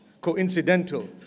coincidental